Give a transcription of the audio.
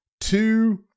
two